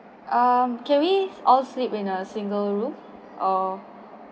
um can we all sleep in a single room or